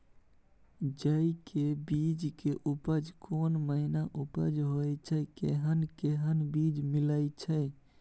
जेय के बीज के उपज कोन महीना उपज होय छै कैहन कैहन बीज मिलय छै?